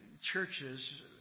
churches